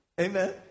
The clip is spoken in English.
Amen